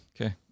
okay